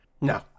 No